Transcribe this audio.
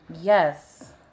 Yes